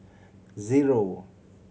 zero